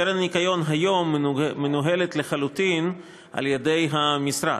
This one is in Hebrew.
הקרן לשמירת הניקיון היום מנוהלת לחלוטין על-ידי המשרד,